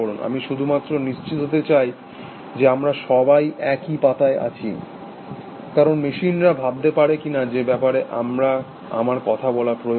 আমি শুধুমাত্র নিশ্চিত হতে চাই যে আমরা সবাই একই পাতায় আছি কারণ মেশিনরা ভাবতে পারে কিনা সে ব্যাপারে আমার কথা বলা প্রয়োজন